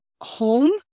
home